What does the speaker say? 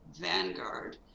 Vanguard